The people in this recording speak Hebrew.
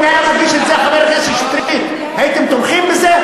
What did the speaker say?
כן, כן,